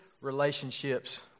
relationships